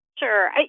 Sure